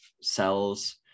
cells